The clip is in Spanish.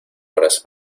horas